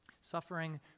suffering